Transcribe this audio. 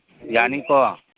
ꯌꯥꯅꯤꯀꯣ